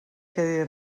què